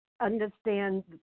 understand